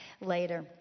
later